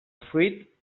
fruit